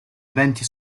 eventi